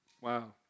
wow